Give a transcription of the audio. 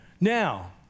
Now